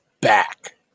back